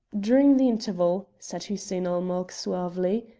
during the interval, said hussein-ul-mulk suavely,